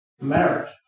marriage